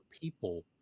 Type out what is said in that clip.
people